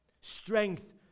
Strength